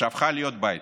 שהפכה להיות בית,